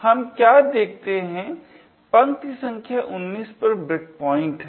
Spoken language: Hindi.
हम क्या देखते है पंक्ति संख्या १९ पर ब्रेकपॉइंट है